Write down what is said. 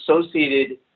associated